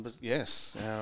Yes